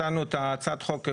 הצענו את הצעת החוק,